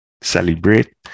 Celebrate